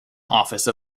office